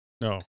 no